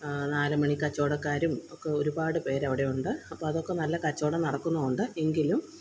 നാലുമണി കച്ചവടക്കാരും ഒക്കെ ഒരുപാട് പേർ അവിടെയുണ്ട് അപ്പോൾ അതൊക്കെ നല്ല കച്ചവടം നടക്കുന്നുമുണ്ട് എങ്കിലും